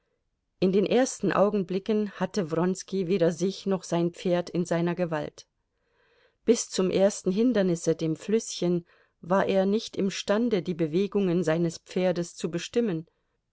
in den ersten augenblicken hatte wronski weder sich noch sein pferd in seiner gewalt bis zum ersten hindernisse dem flüßchen war er nicht imstande die bewegungen seines pferdes zu bestimmen